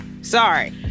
Sorry